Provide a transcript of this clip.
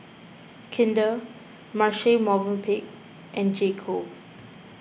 Kinder Marche Movenpick and J Co